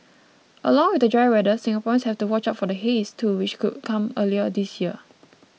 along with the dry weather Singaporeans have to watch out for the haze too which could come earlier this year